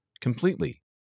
completely